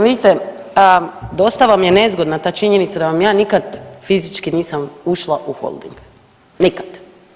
Vidite, dosta vam je nezgodna ta činjenica da vam ja nikad fizički nisam ušla u Holding, nikad.